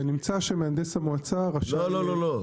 זה נמצא שמהנדס המועצה רשם --- לא, לא.